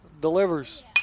delivers